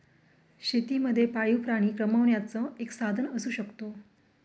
शेती मध्ये पाळीव प्राणी कमावण्याचं एक साधन असू शकतो